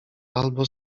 albo